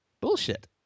Bullshit